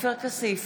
עופר כסיף,